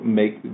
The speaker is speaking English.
make